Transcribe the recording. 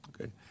Okay